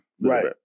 Right